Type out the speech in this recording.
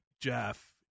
Jeff